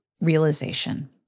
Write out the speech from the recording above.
realization